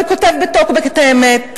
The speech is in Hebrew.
וכותב בטוקבק את האמת.